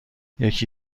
یکی